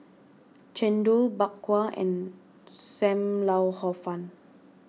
Chendol Bak Kwa and Sam Lau Hor Fun